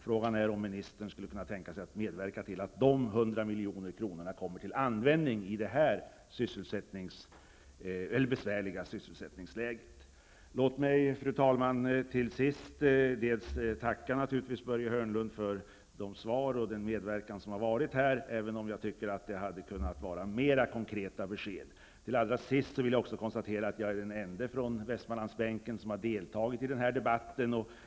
Frågan är om ministern skulle kunna tänka sig att medverka till att de 100 miljonerna kommer till användning i detta besvärliga sysselsättningsläge. Låt mig, fru talman, tacka Börje Hörnlund för hans medverkan i debatten och för de svar han har givit, även om jag tycker att det kunde ha varit fler konkreta besked. Jag vill också till sist konstatera att Birger Andersson och jag är de enda från Västmanlandsbänken som har deltagit i debatten.